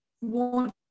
want